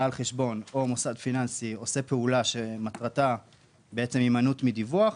בעל חשבון או מוסד פיננסי עושה פעולה שמטרתה הימנעות מדיווח,